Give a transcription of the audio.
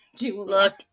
look